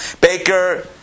baker